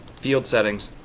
field settings,